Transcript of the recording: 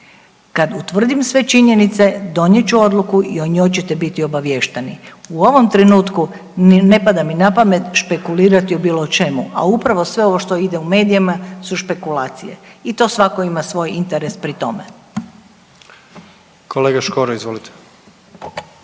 Kad utvrdim sve činjenice donijet ću odluku i o njoj ćete biti obavješteni. U ovom trenutku ne pada mi napamet špekulirati o bilo čemu, a upravo sve ovo što ide u medijima su špekulacije. I to svako ima svoj interes pri tome.